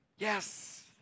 Yes